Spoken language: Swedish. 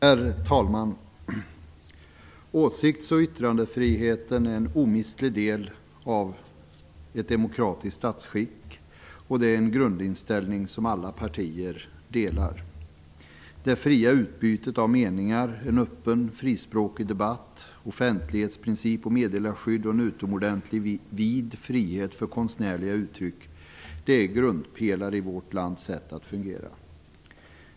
Herr talman! Åsikts och yttrandefriheten är en omistlig del av ett demokratiskt statsskick. Det är en grundinställning som alla partier delar. Det fria utbytet av meningar, en öppen och frispråklig debatt, offentlighetsprincip, meddelarskydd och en utomordentligt vid frihet för konstnärliga uttryck är grundpelare i vårt lands sätt att fungera.